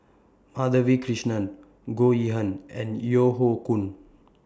Madhavi Krishnan Goh Yihan and Yeo Hoe Koon